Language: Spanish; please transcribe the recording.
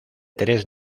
tres